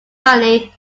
money